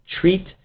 treat